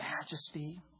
majesty